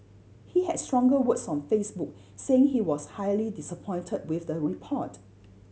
he had stronger words on Facebook saying he was highly disappointed with the report